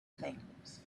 things